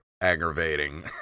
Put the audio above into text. aggravating